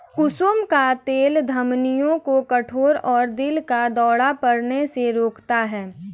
कुसुम का तेल धमनियों को कठोर और दिल का दौरा पड़ने से रोकता है